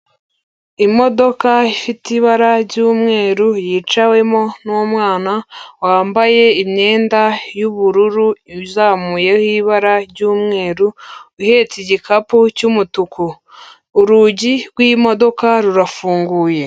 Imodoka ifite ibara ry'umweru yicawemo n'umwana wambaye imyenda y'ubururu, izamuyeho ibara ry'umweru, uhetse igikapu cy'umutuku, urugi rw'imodoka rurafunguye.